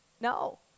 No